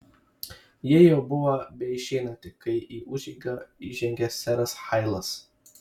ji jau buvo beišeinanti kai į užeigą įžengė seras hailas